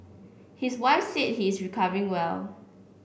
his wife said he is recovering well